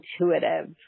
intuitive